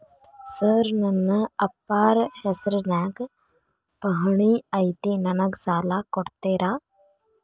Sir ನನ್ನ ಅಪ್ಪಾರ ಹೆಸರಿನ್ಯಾಗ್ ಪಹಣಿ ಐತಿ ನನಗ ಸಾಲ ಕೊಡ್ತೇರಾ?